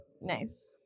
Nice